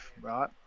right